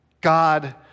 God